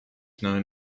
known